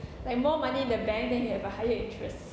like more money in the bank then you have a higher interests